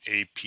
AP